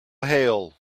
hail